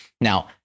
now